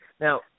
now